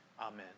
Amen